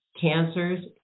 cancers